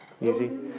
Easy